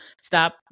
Stop